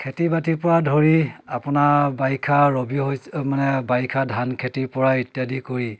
খেতি বাতিৰ পৰা ধৰি আপোনাৰ বাৰিষা ৰবি শস্য মানে বাৰিষা ধান খেতিৰ পৰা ইত্যাদি কৰি